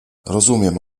rozumiem